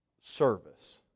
service